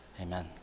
Amen